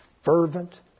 fervent